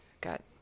got